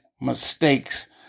mistakes